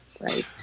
right